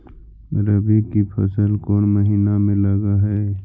रबी की फसल कोन महिना में लग है?